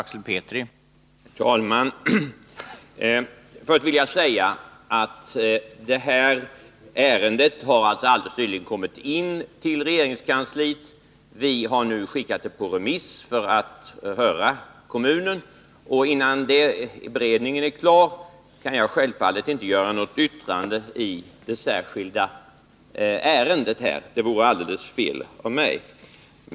Herr talman! Först vill jag säga att detta ärende nyligen kommit till regeringskansliet. Vi har nu sänt det på remiss för att få höra kommunens uppfattning. Innan beredningen är klar kan jag självfallet inte göra något yttrande i det särskilda ärendet. Det vore alldeles fel av mig.